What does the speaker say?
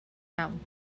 iawn